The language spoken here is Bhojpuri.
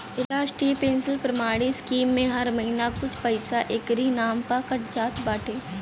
राष्ट्रीय पेंशन प्रणाली स्कीम में हर महिना कुछ पईसा एकरी नाम पअ कट जात बाटे